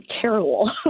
terrible